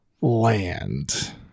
land